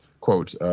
Quote